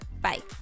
bye